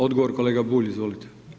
Odgovor kolega Bulj, izvolite.